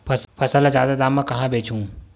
फसल ल जादा दाम म कहां बेचहु?